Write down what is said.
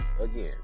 again